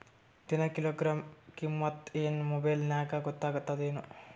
ದಿನಾ ಕಿಲೋಗ್ರಾಂ ಕಿಮ್ಮತ್ ಏನ್ ಮೊಬೈಲ್ ನ್ಯಾಗ ಗೊತ್ತಾಗತ್ತದೇನು?